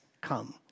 come